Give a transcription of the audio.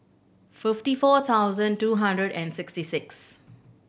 fifty four thousand two hundred and sixty six